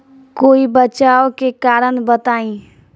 कोई बचाव के कारण बताई?